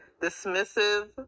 dismissive